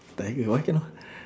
tiger why cannot